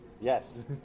Yes